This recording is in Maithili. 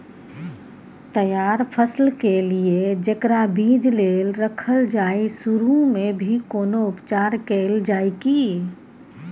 तैयार फसल के लिए जेकरा बीज लेल रखल जाय सुरू मे भी कोनो उपचार कैल जाय की?